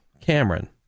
Cameron